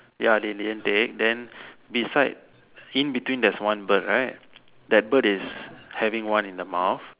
ya they didn't take then beside in between there's one bird right that bird is having one in the mouth